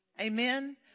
Amen